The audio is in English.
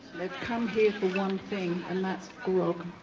they've come here for one thing, and that's grog.